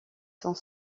sont